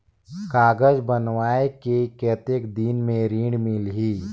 कागज बनवाय के कतेक दिन मे ऋण मिलही?